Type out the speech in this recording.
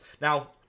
Now